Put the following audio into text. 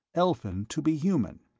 elfin, to be human.